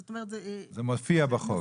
זאת אומרת, זה --- זה מופיע בחוק.